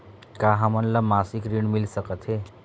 का हमन ला मासिक ऋण मिल सकथे?